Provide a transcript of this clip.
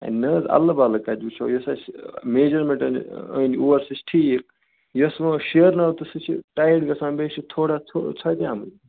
نہ حظ ادٕلہٕ بدلہٕ کَتہِ وُچھو یۄس اسہِ میجرمیٚنٹ حظ أنۍ اور سۄ چھِ ٹھیک یۄس وۄنۍ شیرنٲو تہٕ سۄ چھِ ٹایٹ گژھان بیٚیہِ چھِ ٹھوڑا ژھوٚ ژھوٚٹیمٕژ